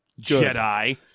Jedi